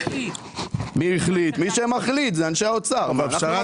אנשי האוצר.